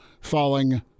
falling